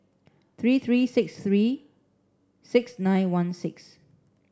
three three six three six nine one six